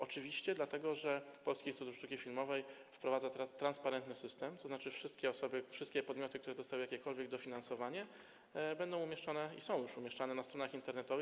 Oczywiście, dlatego że Polski Instytut Sztuki Filmowej wprowadza teraz transparentny system, tzn. wszystkie osoby, wszystkie podmioty, które dostały jakiekolwiek dofinansowanie, będą umieszczane i już są umieszczane na stronach internetowych.